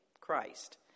Christ